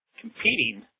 competing